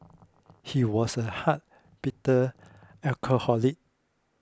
he was a hard bitter alcoholic